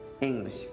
English